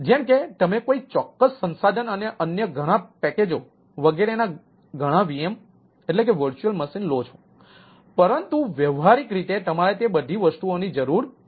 જેમ કે તમે કોઈ ચોક્કસ સંસાધન અને અન્ય ઘણા પેકેજો વગેરેના ઘણા VM લો છો પરંતુ વ્યવહારિક રીતે તમારે તે બધી વસ્તુઓની જરૂર નથી